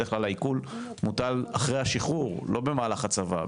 בדרך כלל העיקול מוטל אחרי השחרור, לא במהלך הצבא.